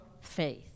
faith